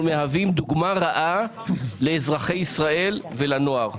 מהווים דוגמה רעה לאזרחי ישראל ולנוער.